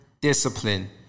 discipline